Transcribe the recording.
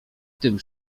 tym